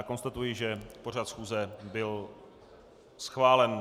Konstatuji, že pořad schůze byl schválen.